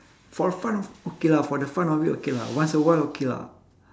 for fun okay lah for the fun of it okay lah once awhile okay lah